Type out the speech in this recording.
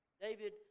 David